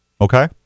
Okay